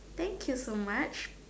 thank you so much